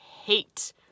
hate